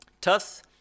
thus